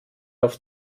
auf